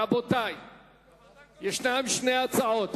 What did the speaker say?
רבותי, יש שתי הצעות.